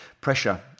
pressure